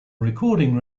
recording